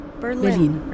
Berlin